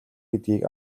гэдгийг